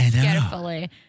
carefully